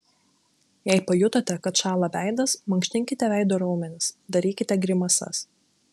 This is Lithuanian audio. jei pajutote kad šąla veidas mankštinkite veido raumenis darykite grimasas